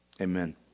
Amen